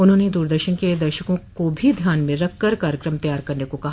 उन्होंने दूरदर्शन के दर्शकों को भी ध्यान में रखकर कार्यक्रम तैयार करने को कहा